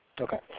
Okay